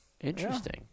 Interesting